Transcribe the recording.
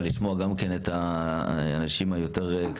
כבר לא